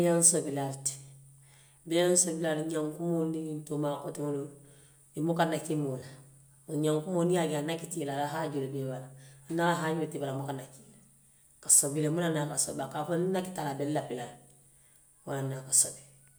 Beeyaŋ sobilaalu ti, beeyaŋ sobilaalu, ñankumoo niŋ ñiŋtoomaa koleŋolu buka naki moo la ñankumoobuka niŋ i ye a je a nakita ila a la haajoo le bee i bala, niŋ a la haajoo te i bala a buka naki i la, a ka sobili le, mu ne a tinna a sobi, a k fao le niŋa nakita a la, i be a lapi la le wo le ye a tinna a ka sobi.